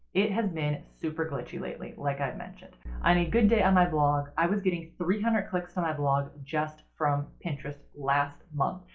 it has been super glitchy lately, like i've mentioned on a good day on my blog i was getting three hundred clicks to my blog just from pinterest last month.